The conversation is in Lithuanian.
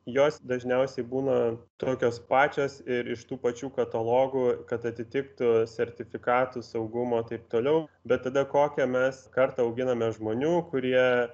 jos dažniausiai būna tokios pačios ir iš tų pačių katalogų kad atitiktų sertifikatus saugumo taip toliau bet tada kokią mes kartą auginame žmonių kurie